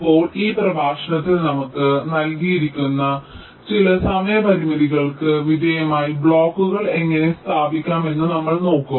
ഇപ്പോൾ ഈ പ്രഭാഷണത്തിൽ നമുക്ക് നൽകിയിരിക്കുന്ന ചില സമയ പരിമിതികൾക്ക് വിധേയമായി ബ്ലോക്കുകൾ എങ്ങനെ സ്ഥാപിക്കാമെന്ന് നമ്മൾ നോക്കും